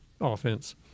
offense